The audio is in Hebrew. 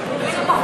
ולבוחרים שלך.